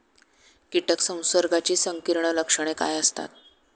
कीटक संसर्गाची संकीर्ण लक्षणे काय असतात?